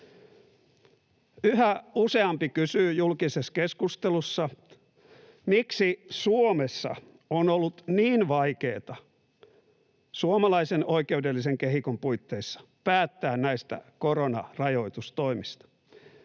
Yhä useampi kysyy julkisessa keskustelussa, miksi Suomessa on ollut niin vaikeata suomalaisen oikeudellisen kehikon puitteissa päättää näistä koronarajoitustoimista.